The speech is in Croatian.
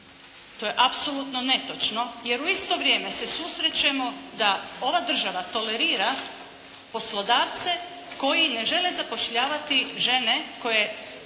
To je apsolutno netočno, jer u isto vrijeme se susrećemo da ova država tolerira poslodavce koji ne žele zapošljavati žene koje